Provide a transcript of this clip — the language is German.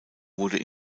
wurde